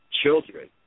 children